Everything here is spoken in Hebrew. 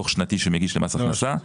דוח שנתי שמגיש למס הכנסה,